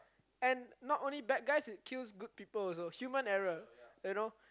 and not only bad guys it kills good people also human error